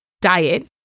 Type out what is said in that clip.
diet